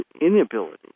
inability